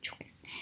choice